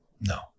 No